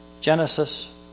Genesis